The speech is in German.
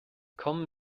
kommen